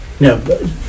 No